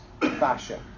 fashion